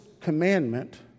commandment